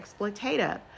exploitative